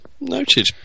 noted